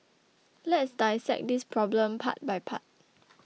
let's dissect this problem part by part